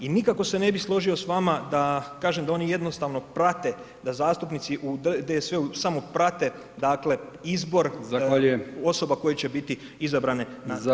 I nikako se ne bi složio sa vama da, kažem, da oni jednostavno prate da zastupnici u DSV-u samo prate dakle izbor [[Upadica: Zahvaljujem.]] osoba koje će biti izabrane na dužnost.